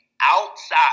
outside